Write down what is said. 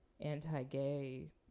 anti-gay